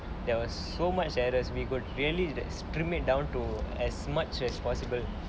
there was so much errors we could barely that's premade down to as much as possible